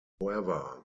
however